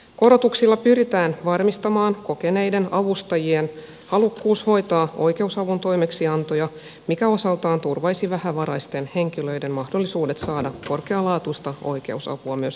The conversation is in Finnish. korotuksilla pyritään varmistamaan kokeneiden avustajien halukkuus hoitaa oikeusavun toimeksiantoja mikä osaltaan turvaisi vähävaraisten henkilöiden mahdollisuudet saada korkealaatuista oikeusapua myös tulevaisuudessa